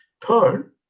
Third